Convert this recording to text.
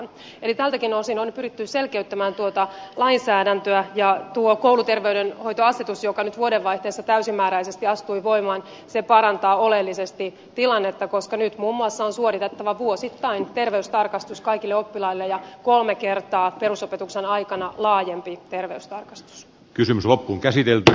eli tältäkin osin on pyritty selkeyttämään tuota lainsäädäntöä ja tuo kouluterveydenhoitoasetus joka nyt vuodenvaihteessa täysimääräisesti astui voimaan parantaa oleellisesti tilannetta koska nyt muun muassa on suoritettava vuosittain terveystarkastus kaikille oppilaille ja kolme kertaa perusopetuksen aikana laajempi terveystarkastus kysymys loppuunkäsitelty